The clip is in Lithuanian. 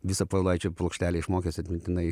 visą povilaičio plokštelę išmokęs atmintinai